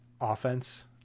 offense